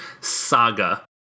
saga